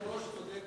היושב-ראש צודק